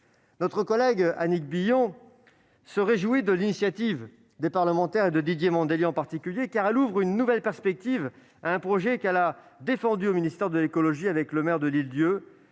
Notre collègue Annick Billon se réjouit de l'initiative des parlementaires, et de Didier Mandelli, en particulier, car elle ouvre une nouvelle perspective à un projet, qu'elle a défendu au ministère de l'écologie avec le maire de L'Île-d'Yeu,